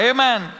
Amen